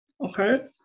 Okay